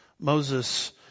Moses